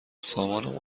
سامان